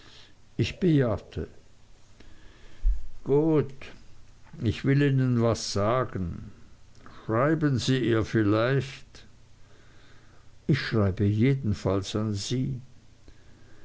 ich bejahte gut ich will ihnen was sagen schreiben sie ihr leicht ich schreibe jedenfalls an sie